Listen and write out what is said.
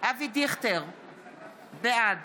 בעד